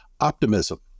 optimism